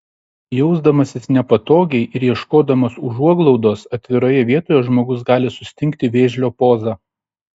jausdamasis nepatogiai ir ieškodamas užuoglaudos atviroje vietoje žmogus gali sustingti vėžlio poza